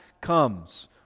comes